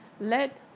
let